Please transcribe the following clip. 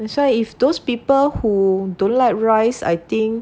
that's why if those people who don't have rice I think